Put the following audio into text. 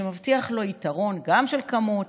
שמבטיח לו יתרון גם של כמות,